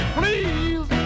please